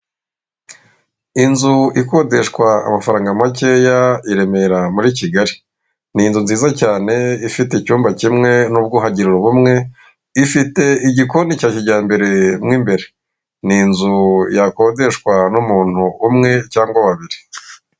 Inzu ikodeshwa amafaranga makeya i remera muri kigali, n'inzu nziza cyane ifite icyumba kimwe n'ubwuhagiro bumwe, ifite igikoni cya kijyambere mo imbere ni inzu yakodeshwa n'umuntu umwe cyangwa babiri.